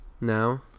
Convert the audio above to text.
now